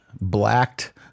blacked